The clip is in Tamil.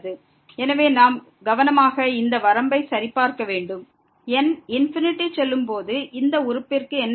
எனவே நாம் கவனமாக இந்த வரம்பை சரிபார்க்க வேண்டும் n ∞க்கு செல்லும் போது இந்த உறுப்பிற்கு என்ன நடக்கும்